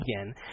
again